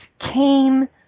came